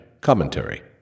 commentary